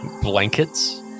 blankets